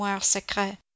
secret